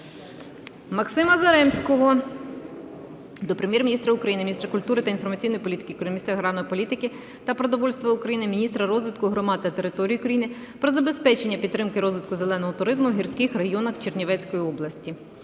Максима Заремського до Прем'єр-міністра України, міністра культури та інформаційної політики України, міністра аграрної політики та продовольства України, міністра розвитку громад та територій України про забезпечення підтримки розвитку зеленого туризму в гірських районах Чернівецької області.